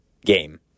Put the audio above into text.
game